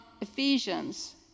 Ephesians